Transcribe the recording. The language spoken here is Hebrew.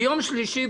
ביום שלישי,